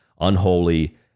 unholy